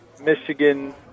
Michigan